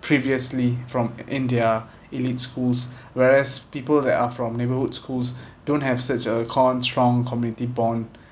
previously from in their elite schools whereas people that are from neighbourhood schools don't have such a comm strong community bond